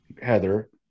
heather